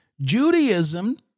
Judaism